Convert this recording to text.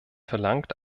verlangt